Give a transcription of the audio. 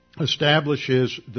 establishes